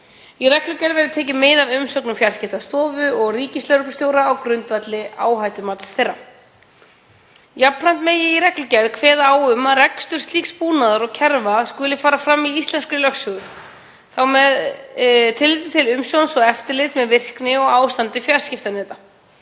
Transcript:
Í reglugerð verði tekið mið af umsögnum Fjarskiptastofu og ríkislögreglustjóra á grundvelli áhættumats þeirra. Jafnframt megi í reglugerð kveða á um að rekstur slíks búnaðar og kerfa skuli fara fram í íslenskri lögsögu, þasr með talin umsjón og eftirlit með virkni og ástandi fjarskiptaneta.